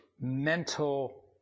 mental